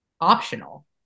optional